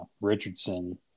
Richardson